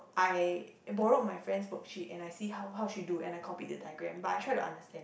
I borrowed my friend's worksheet and I see how how she do and I copied the diagram but I tried to understand